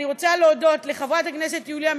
אני רוצה להודות לחברת הכנסת יוליה מלינובסקי.